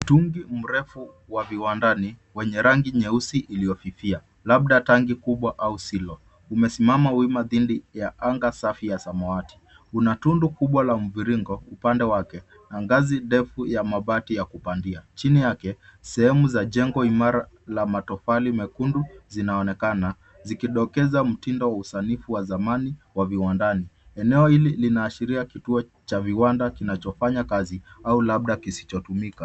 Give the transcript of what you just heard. Mtungi mrefu wa viwandani, wenye rangi nyeusi iliyofifia, labda tangi kubwa au silo. Umesimama wima dhidi ya anga safi ya samawati. Una tundu kubwa la mviringo, upande wake. Na ngazi ndefu ya mabati ya kupandia. Chini yake, sehemu za jengo imara la matofali mekundu, zinaonekana, zikidokeza mtindo wa usanifu wa zamani wa viwandani. Eneo hili linaashiria kituo cha viwanda kinachofanya kazi au labda kisichotumika.